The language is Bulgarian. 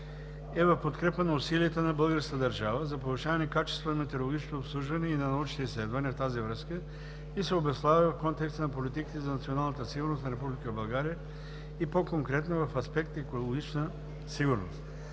в подкрепа на усилията на българската държава за повишаване качеството на метеорологичното обслужване и на научните изследвания в тази връзка и се обуславя в контекста на политиките за националната сигурност на Република България и по-конкретно – в аспект екологична сигурност.